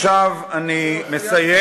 עכשיו אני מסיים